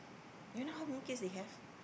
do you know many kids they have